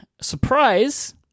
Surprise